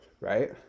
right